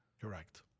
Correct